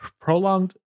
prolonged